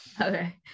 okay